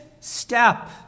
step